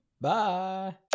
Bye